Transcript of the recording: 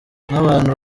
nk’abantu